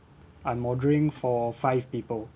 I'm ordering for five people